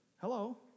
Hello